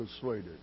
persuaded